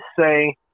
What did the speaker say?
say